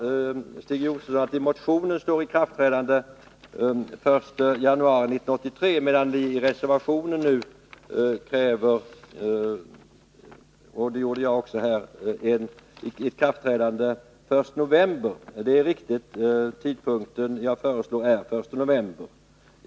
Stig Josefson sade att det i motionen står att datum för ikraftträdandet skall vara den 1 januari 1983 medan vi i reservationen kräver — och det gjorde jag också här— ikraftträdande den 1 november 1982. Det är riktigt — den tidpunkt jag föreslår är den 1 november.